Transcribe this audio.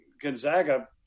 Gonzaga